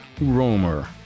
Romer